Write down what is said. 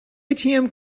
atm